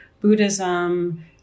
Buddhism